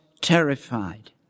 terrified